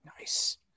Nice